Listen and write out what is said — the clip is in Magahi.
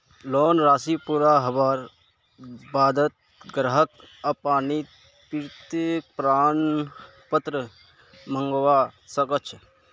लोन राशि पूरा हबार बा द ग्राहक अनापत्ति प्रमाण पत्र मंगवा स ख छ